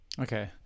okay